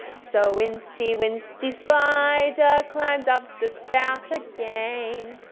so incy wincy spider climbed up the spout again.